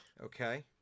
Okay